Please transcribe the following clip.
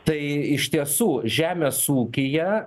tai iš tiesų žemės ūkyje